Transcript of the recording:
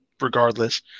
regardless